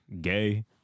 gay